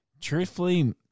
Truthfully